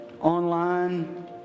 online